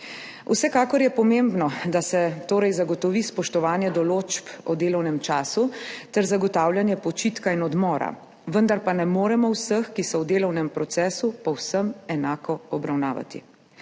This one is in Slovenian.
Vsekakor je pomembno, da se torej zagotovi spoštovanje določb o delovnem času ter zagotavljanje počitka in odmora, vendar pa ne moremo vseh, ki so v delovnem procesu, povsem enako obravnavati.